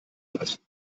lassen